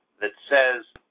that says,